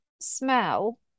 smell